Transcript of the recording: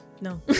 no